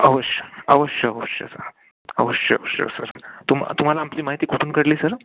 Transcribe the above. अवश्य अवश्य अवश्य सर अवश्य अवश्य सर तुम तुम्हाला आमची माहिती कुठून कळली सर